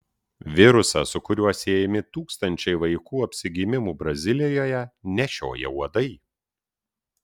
virusą su kuriuo siejami tūkstančiai vaikų apsigimimų brazilijoje nešioja uodai